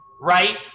right